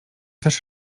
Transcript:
też